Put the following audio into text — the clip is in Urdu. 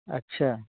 اچھا